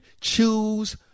choose